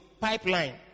Pipeline